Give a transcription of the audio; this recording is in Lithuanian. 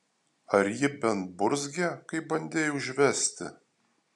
ar ji bent burzgė kai bandei užvesti